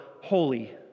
holy